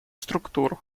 структур